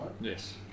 Yes